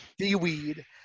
seaweed